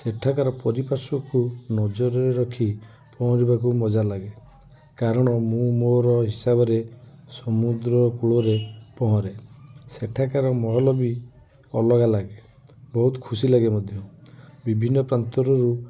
ସେଠାକର ପରିପାର୍ଶ୍ଵକୁ ନଜର ରେ ରଖି ପହଁରିବାକୁ ମଜା ଲାଗେ କାରଣ ମୁଁ ମୋର ହିସାବରେ ସମୁଦ୍ର କୂଳରେ ପହଁରେ ସେଠାକର ମହଲ ବି ଅଲଗା ଲାଗେ ବହୁତ ଖୁସି ଲାଗେ ମଧ୍ୟ ବିଭିନ୍ନ ପ୍ରାନ୍ତରରୁ